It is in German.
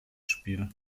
spiel